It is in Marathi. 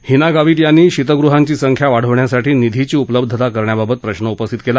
हिना गावीत यांनी शीतगृहांची संख्या वाढवण्यासाठी निधीची उपलब्धता करण्याबाबत प्रश्न उपस्थित केला